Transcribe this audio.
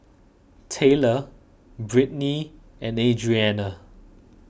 Tayla Brittni and Adrianna